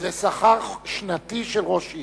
זה שכר שנתי של ראש עיר.